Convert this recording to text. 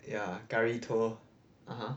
ya curry 鱼头 (uh huh)